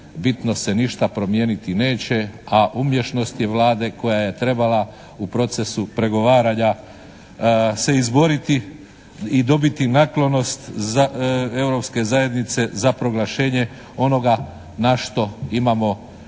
bitno se ništa promijeniti neće, a umješnost je Vlade koja je trebala u procesu pregovaranja se izboriti i dobiti naklonost Europske zajednice za proglašenje onoga na što imamo